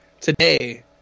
today